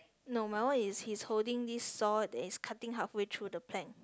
no my one is he's holding this saw that is cutting halfway through the plank